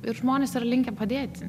ir žmonės yra linkę padėti